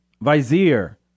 vizier